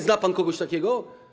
Zna pan kogoś takiego?